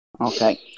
Okay